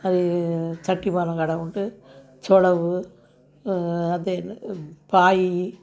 அது சட்டி பானை கடை உண்டு சோழவு அது என்ன பாய்